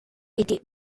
était